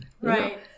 right